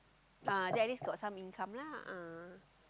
ah then at least got some income lah ah